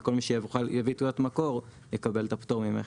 וכל מי שיביא תעודת מקור יקבל את הפטור ממכס.